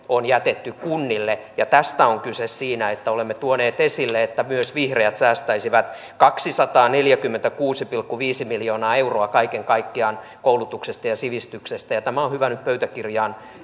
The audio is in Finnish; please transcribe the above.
on jätetty kunnille tästä on kyse siinä että olemme tuoneet esille että myös vihreät säästäisivät kaksisataaneljäkymmentäkuusi pilkku viisi miljoonaa euroa kaiken kaikkiaan koulutuksesta ja sivistyksestä tämä on hyvä nyt pöytäkirjaan